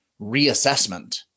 reassessment